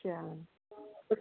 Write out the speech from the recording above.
ਕਿਆ ਬਾਤ